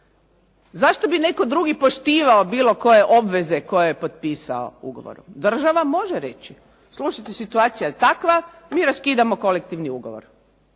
Zašto bi netko drugi poštivao bilo koje obveze koje je potpisao ugovorom? Država može reći. slušajte situacija je takva, mi raskidamo kolektivni ugovor.